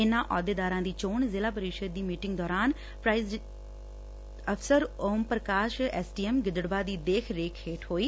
ਇਨ੍ਹਾਂ ਅਹੁਦੇਦਾਰਾਂ ਦੀ ਚੋਣ ਜ਼ਿਲ੍ਹਾ ਪਰਿਸ਼ਦ ਦੀ ਮੀਟਿੰਗ ਦੌਰਾਨ ਪ੍ਜਾਈਡਿੰਗ ਅਫ਼ਸਰ Om Prakash S D M Gidderbaha ਦੀ ਦੇਖ ਰੇਖ ਹੇਠ ਹੋਈ